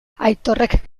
aitorrek